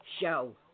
show